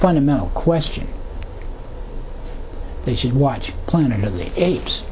fundamental question they should watch planet of the apes